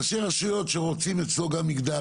ראשי רשויות שרוצים אצלו גם מגדל,